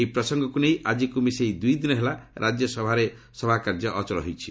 ଏହି ପ୍ରସଙ୍ଗକୁ ନେଇ ଆଜିକୁ ମିଶାଇ ଦୁଇଦିନ ହେଲା ରାଜ୍ୟସଭାରେ ସଭାକାର୍ଯ୍ୟ ଅଚଳ ହୋଇଛି